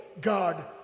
God